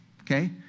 Okay